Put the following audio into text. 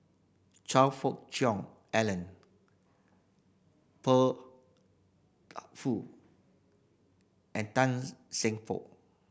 Choe Fook Cheong Alan Fur Fu and Tan Seng For